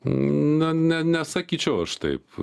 na ne nesakyčiau aš taip